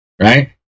right